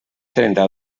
trenta